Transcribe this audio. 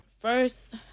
First